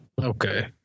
Okay